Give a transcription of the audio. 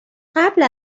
قبل